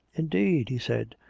indeed! he said.